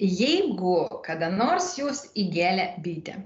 jeigu kada nors jus įgėlė bitė